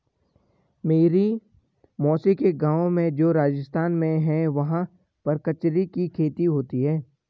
मेरी मौसी के गाँव में जो राजस्थान में है वहाँ पर कचरी की खेती होती है